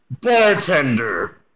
Bartender